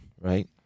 right